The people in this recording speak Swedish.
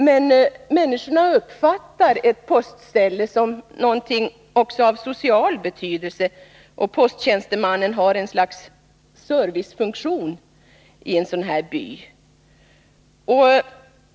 Men människorna uppfattar ett postställe som någonting som också har social betydelse, och posttjänstemannen har ett slags servicefunktion i en sådan här by.